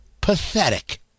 pathetic